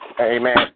Amen